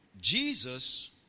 Jesus